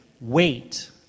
wait